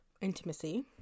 intimacy